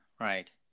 right